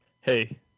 hey